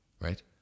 Right